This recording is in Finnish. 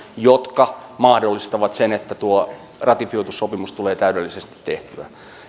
jotka mahdollistavat sen että tuo ratifioitu sopimus tulee täydellisesti tehtyä